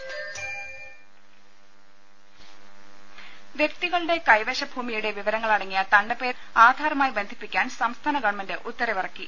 രദേഷ്ടെടു വൃക്തികളുടെ കൈവശ ഭൂമിയുടെ വിവരങ്ങളടങ്ങിയ തണ്ടപ്പേർ ആധാറുമായി ബന്ധിപ്പിക്കാൻ സംസ്ഥാന ഗവണ്മെന്റ് ഉത്തവിറക്കി